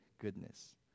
goodness